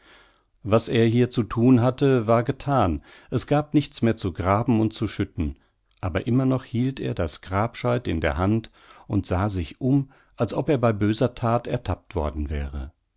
was er hier zu thun hatte war gethan es gab nichts mehr zu graben und zu schütten aber immer noch hielt er das grabscheit in der hand und sah sich um als ob er bei böser that ertappt worden wäre